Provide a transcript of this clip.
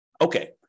Okay